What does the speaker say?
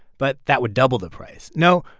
but that would double the price. no,